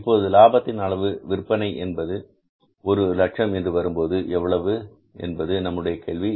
இப்போது லாபத்தின் அளவு விற்பனை என்பது ஒரு லட்சம் என்று வரும்போது எவ்வளவு என்பது நம்முடைய கேள்வி